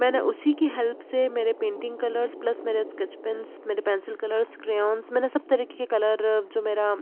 मैंने उसी की हेल्प से मेरे पेंटिंग कलर्स प्लस मेरे स्केच पेंस मेरे पेन्सिल कलर्स क्रेयोंस मैंने सब तरीके के कलर जो मेरा